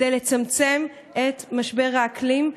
לצמצם את משבר האקלים,